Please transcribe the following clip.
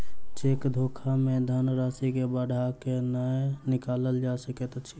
cheque धोखा मे धन राशि के बढ़ा क नै निकालल जा सकैत अछि